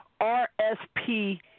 rsp